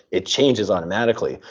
it changes automatically.